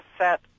set